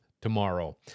tomorrow